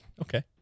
Okay